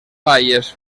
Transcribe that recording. baies